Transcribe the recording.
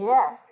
Yes